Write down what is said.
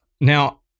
Now